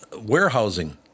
warehousing